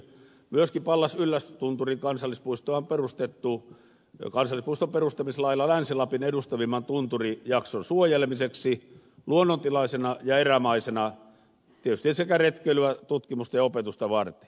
myöskin pallas yllästunturin kansallispuistoa on perusteltu kansallispuiston perustamislailla länsi lapin edustavimman tunturijakson suojelemiseksi luonnontilaisena ja erämaisena tietysti sekä retkeilyä tutkimusta ja opetusta varten